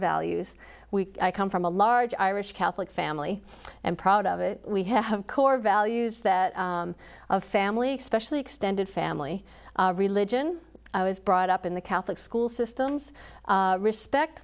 values we come from a large irish catholic family and proud of it we have core values that of family specially extended family religion i was brought up in the catholic school systems respect